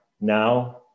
now